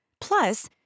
Plus